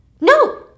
No